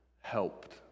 helped